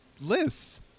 lists